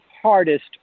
hardest